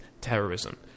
terrorism